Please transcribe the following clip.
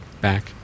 Back